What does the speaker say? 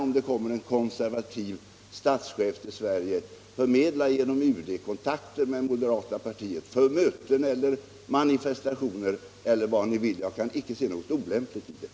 Om det kommer en konservativ statschef till Sverige skall jag gärna genom UD förmedla kontakter med moderata samlingspartiet för möten eller manifestationer. Jag kan icke se något olämpligt i det.